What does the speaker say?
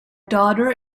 daughter